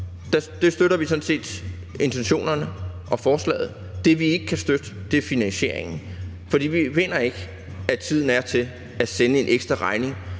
der støtter vi sådan set intentionerne i forslaget. Det, vi ikke kan støtte, er finansieringen, for vi mener ikke, at tiden er til at sende en ekstraregning